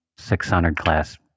600-class